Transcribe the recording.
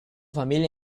familia